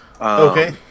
Okay